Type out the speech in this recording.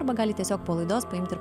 arba gali tiesiog po palaidos paimt ir